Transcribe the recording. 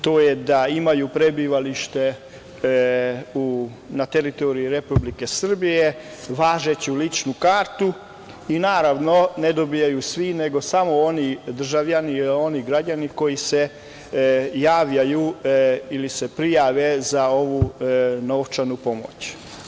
To je da imaju prebivalište na teritoriji Republike Srbije, važeću ličnu kartu i naravno, ne dobijaju svi, nego samo oni državljani, oni građani koji se javljaju ili se prijave za ovu novčanu pomoć.